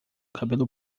cabelo